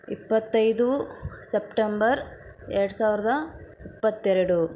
ಇಪ್ಪತ್ತೈದು ಸೆಪ್ಟೆಂಬರ್ ಎರಡು ಸಾವಿರದ ಇಪ್ಪತ್ತೆರಡು